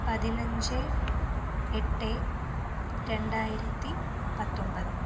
പതിനഞ്ച് എട്ട് രണ്ടായിരത്തി പത്തൊൻപത്